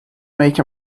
make